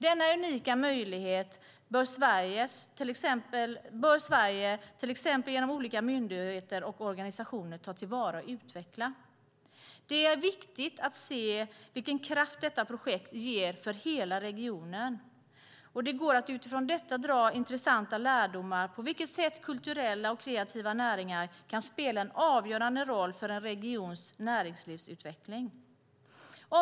Denna unika möjlighet bör Sverige, till exempel genom olika myndigheter och organisationer, ta till vara och utveckla. Det är viktigt att se vilken kraft detta projekt ger hela regionen, och det går att utifrån detta få intressanta lärdomar om på vilket sätt kulturella och kreativa näringar kan spela en avgörande roll för en regions näringslivsutveckling. Herr talman!